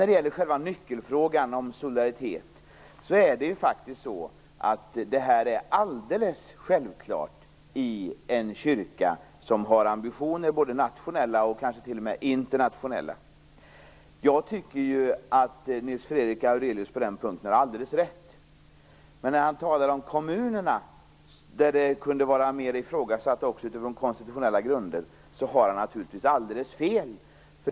När det gäller själva nyckelfrågan, om solidaritet, är det här alldeles självklart i en kyrka som har ambitioner, både nationella och t.o.m. internationella. Jag tycker att Nils Fredrik Aurelius har alldeles rätt på den punkten. Men när han talar om kommunerna, där det kunde vara mera ifrågasatt från konstitutionella grunder, har han naturligtvis helt fel.